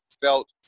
felt